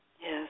Yes